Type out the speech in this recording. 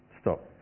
Stop